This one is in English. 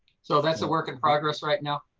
so that's a work in progress right now?